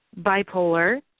bipolar